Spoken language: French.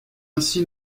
ainsi